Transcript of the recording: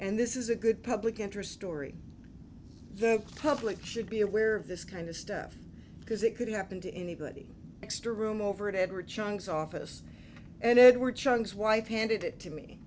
and this is a good public interest story the public should be aware of this kind of stuff because it could happen to anybody extra room over it ever chung's office and edward chung's wife handed it to me